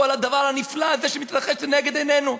על הדבר הנפלא הזה שמתרחש לנגד עינינו.